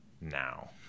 now